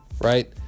Right